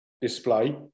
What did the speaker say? display